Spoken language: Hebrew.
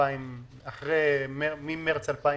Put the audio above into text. ממארס 2020